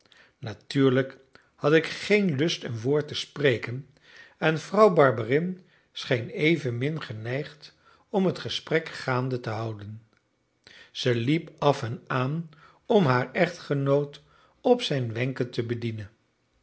natuurlijk had ik geen lust een woord te spreken en vrouw barberin scheen evenmin geneigd om het gesprek gaande te houden zij liep af en aan om haar echtgenoot op zijn wenken te bedienen